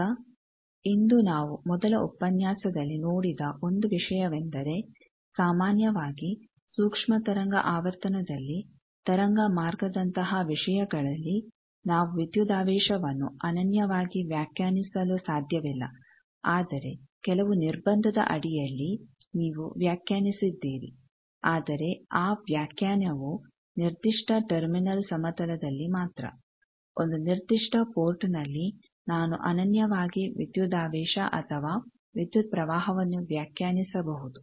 ಈಗ ಇಂದು ನಾವು ಮೊದಲ ಉಪನ್ಯಾಸದಲ್ಲಿ ನೋಡಿದ ಒಂದು ವಿಷಯವೆಂದರೆ ಸಾಮಾನ್ಯವಾಗಿ ಸೂಕ್ಷ್ಮ ತರಂಗ ಆವರ್ತನದಲ್ಲಿ ತರಂಗ ಮಾರ್ಗದಂತಹ ವಿಷಯಗಳಲ್ಲಿ ನಾವು ವಿದ್ಯುದಾವೇಶವನ್ನು ಅನನ್ಯವಾಗಿ ವ್ಯಾಖ್ಯಾನಿಸಲು ಸಾಧ್ಯವಿಲ್ಲ ಆದರೆ ಕೆಲವು ನಿರ್ಬಂಧದ ಅಡಿಯಲ್ಲಿ ನೀವು ವ್ಯಾಖ್ಯಾನಿಸಿದ್ದೀರಿ ಆದರೆ ಆ ವ್ಯಾಖ್ಯಾನವು ನಿರ್ದಿಷ್ಟ ಟರ್ಮಿನಲ್ ಸಮತಲದಲ್ಲಿ ಮಾತ್ರ ಒಂದು ನಿರ್ದಿಷ್ಟ ಪೋರ್ಟ್ನಲ್ಲಿ ನಾನು ಅನನ್ಯವಾಗಿ ವಿದ್ಯುದಾವೇಶ ಅಥವಾ ವಿದ್ಯುತ್ ಪ್ರವಾಹವನ್ನು ವ್ಯಾಖ್ಯಾನಿಸಬಹುದು